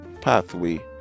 pathway